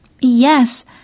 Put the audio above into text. Yes